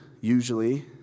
usually